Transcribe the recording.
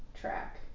track